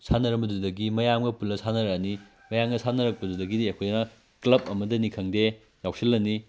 ꯁꯥꯟꯅꯔꯝꯕꯗꯨꯗꯒꯤ ꯃꯌꯥꯝꯒ ꯄꯨꯜꯂꯒ ꯁꯥꯟꯅꯔꯛꯑꯅꯤ ꯃꯌꯥꯝꯒ ꯁꯥꯟꯅꯔꯛꯄꯗꯨꯗꯒꯤꯗꯤ ꯑꯩꯈꯣꯏꯅ ꯀ꯭ꯂꯞ ꯑꯃꯗꯅꯤ ꯈꯪꯗꯦ ꯌꯥꯎꯁꯤꯜꯂꯅꯤ